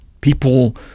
people